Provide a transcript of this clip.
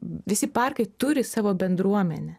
visi parkai turi savo bendruomenę